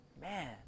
Man